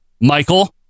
Michael